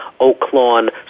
Oaklawn